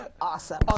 Awesome